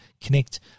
connect